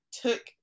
took